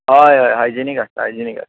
हय हय हायजेनीक आसतात हायजेनीक आसतात